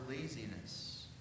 laziness